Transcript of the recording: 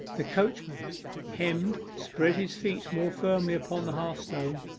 the coachman hemmed, spread his feet more firmly upon the hearthstone,